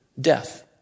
death